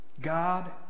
God